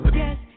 yes